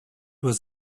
was